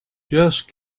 just